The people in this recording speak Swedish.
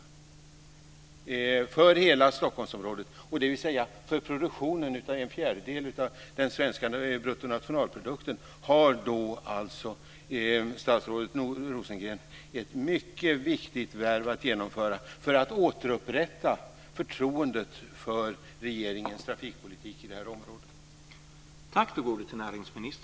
Statsrådet Rosengren har alltså ett mycket viktigt värv att genomföra för hela Stockholmsområdet, dvs. för produktionen av en fjärdedel av den svenska bruttonationalprodukten, för att återupprätta förtroendet för regeringens trafikpolitik i detta område.